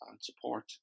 support